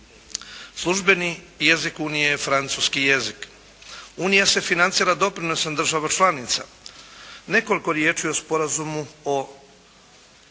Službeni jezik Unije je francuski jezik. Unija se financira doprinosom država članica. Nekoliko riječi o Sporazumu o